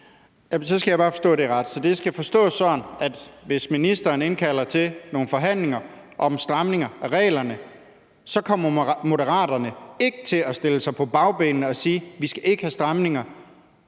Så skal jeg bare forstå det ret. Skal det forstås sådan, at hvis ministeren indkalder til nogle forhandlinger om stramninger af reglerne, så kommer Moderaterne ikke til at stille sig på bagbenene og sige, at man ikke skal have stramninger